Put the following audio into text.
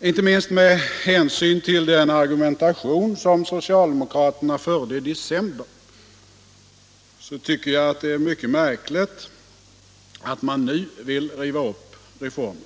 Inte minst med hänsyn till den argumentation som socialdemokraterna förde i december tycker jag att det är mycket märkligt att de nu vill riva upp reformen.